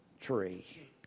tree